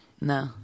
No